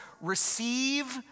receive